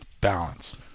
Balance